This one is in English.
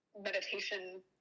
meditation